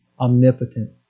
omnipotent